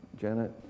Janet